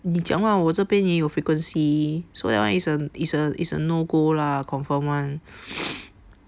你讲话我这边也有 frequency so that one is a is a is a no go lah confirm [one]